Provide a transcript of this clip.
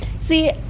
See